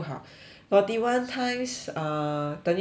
forty one times err 等于几个月